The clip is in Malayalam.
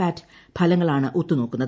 പാറ്റ് ഫലങ്ങളാണ് ഒത്തുനോക്കുന്നത്